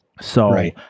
So-